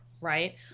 right